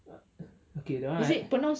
ya ya okay that one I